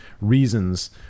reasons